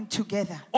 together